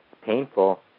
painful